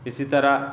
اسی طرح